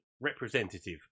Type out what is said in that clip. representative